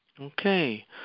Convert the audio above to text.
Okay